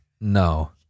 No